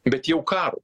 bet jau karui